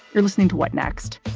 you're listening to what next?